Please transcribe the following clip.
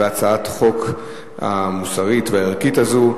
בהצעת החוק המוסרית והערכית הזאת.